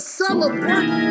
celebrate